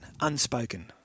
Unspoken